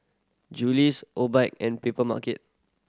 Julie's Obike and Papermarket